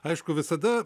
aišku visada